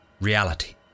reality